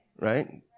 Right